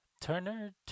Turner